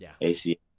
AC